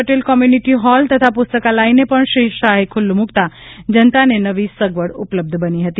Patel community hall તથા પુસ્તકાલયને પણ શ્રી શાહે ખુલ્લું મુકતા જનતાને નવી સગવડ ઉપલબ્ધ બની હતી